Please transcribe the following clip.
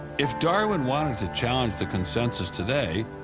if darwin wanted to challenge the consensus today,